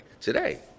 today